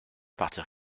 partir